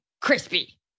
crispy